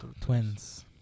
Twins